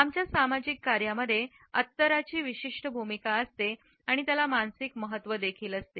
आमच्या सामाजिक कार्यामध्ये अत्तराची विशिष्ट भूमिका असते आणि त्याला मानसिक महत्त्व देखील असते